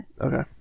Okay